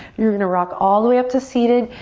you're gonna rock all the way up to seated.